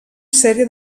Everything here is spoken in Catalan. sèrie